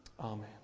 Amen